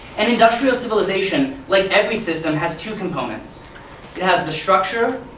and industrial civilization, like every system, has two components it has the structure,